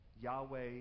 Yahweh